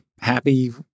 happy